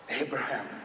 Abraham